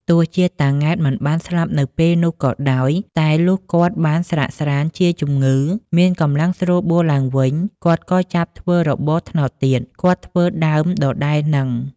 ទោះជាតា ង៉ែតមិនបានស្លាប់នៅពេលនោះក៏ដោយ តែលុះគាត់បានស្រាកស្រាន្តជាជំងឺ មានកម្លាំងស្រួលបួលឡើងវិញ គាត់ក៏ ចាប់ធ្វើរបរត្នោតទៀត គាត់ធ្វើដើមដដែលហ្នឹង ។